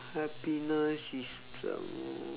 happiness is the